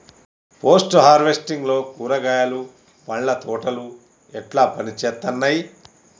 Post harvesting లో కూరగాయలు పండ్ల తోటలు ఎట్లా పనిచేత్తనయ్?